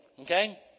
Okay